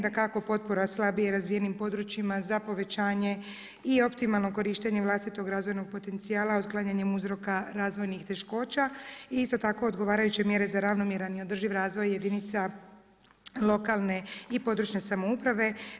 Dakako potpora slabije razvijenim područjima za povećanje i optimalno korištenje vlastitog razvojnog potencijala otklanjanjem uzroka razvojnih teškoća i isto tako odgovarajuće mjere za ravnomjeran i održiv razvoj jedinica lokalne i područne samouprave.